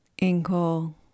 ankle